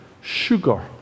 sugar